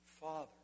Father